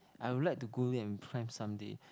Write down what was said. I'd like to go there and climb some day